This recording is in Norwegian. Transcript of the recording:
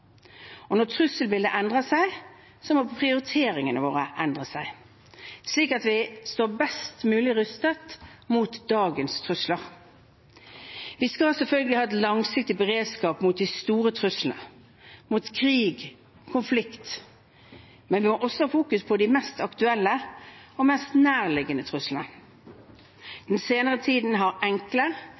avveininger. Når trusselbildet endrer seg, må prioriteringene våre endre seg slik at vi står best mulig rustet mot dagens trusler. Vi skal selvfølgelig ha en langsiktig beredskap mot de store truslene, mot krig og konflikt, men vi må også fokusere på de mest aktuelle og mest nærliggende truslene. I den senere tid har enkle,